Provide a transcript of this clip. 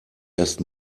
erst